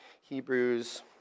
Hebrews